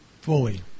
Fully